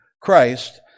Christ